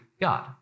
God